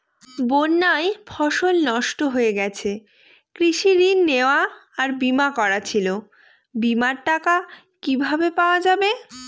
বন্যায় ফসল নষ্ট হয়ে গেছে কৃষি ঋণ নেওয়া আর বিমা করা ছিল বিমার টাকা কিভাবে পাওয়া যাবে?